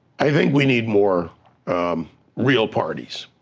i think we need more real parties,